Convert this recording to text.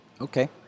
Okay